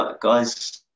guys